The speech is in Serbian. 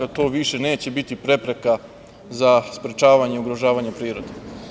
To više neće biti prepreka za sprečavanje, ugrožavanje prirode.